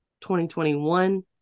2021